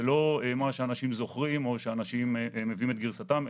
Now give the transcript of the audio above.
זה לא מה שאנשים זוכרים או שאנשים מביאים את גרסתם,